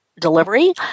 delivery